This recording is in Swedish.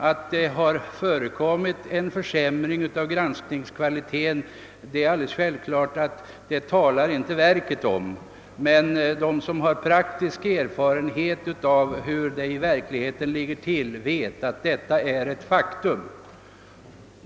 Att det har förekommit en försämring av granskningskvaliteten talar självfallet inte verket om, men de som har praktisk erfarenhet av förhållandena vet att detta är ett faktum.